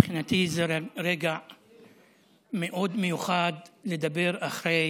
מבחינתי זה רגע מאוד מיוחד לדבר אחרי